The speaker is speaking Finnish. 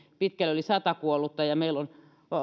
pitkälle yli sata kuollutta ja meillä on